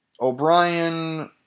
O'Brien